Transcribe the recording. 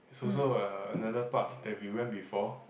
is also uh another park that we went before